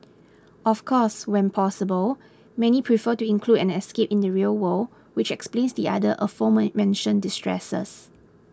of course when possible many prefer to include an escape in the real world which explains the other aforementioned distresses